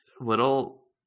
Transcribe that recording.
Little